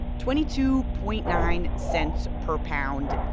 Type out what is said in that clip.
twenty two point nine cents per pound,